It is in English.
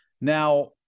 now